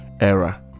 era